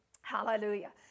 Hallelujah